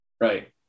Right